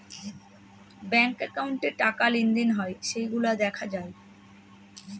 bank একাউন্টে টাকা লেনদেন হয় সেইগুলা দেখা যায়